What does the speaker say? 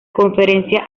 conferencia